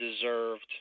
deserved